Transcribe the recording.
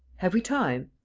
have we time?